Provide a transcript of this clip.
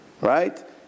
right